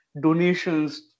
donations